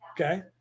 Okay